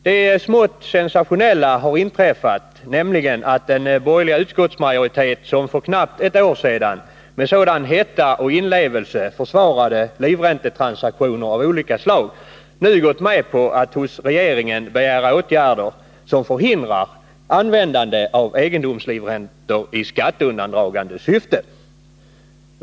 Det smått sensationella har inträffat, att den borgerliga utskottsmajoritet som för knappt ett år sedan med sådan hetta och inlevelse försvarade livräntetransaktioner av olika slag nu har gått med på att hos regeringen begära åtgärder som förhindrar användandet av egendomslivräntor i skatteundandragande syfte.